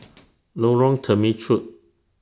Lorong Temechut